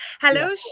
Hello